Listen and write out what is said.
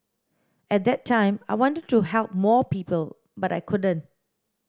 at that time I wanted to help more people but I couldn't